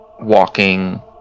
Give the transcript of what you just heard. walking